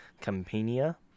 Campania